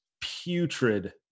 putrid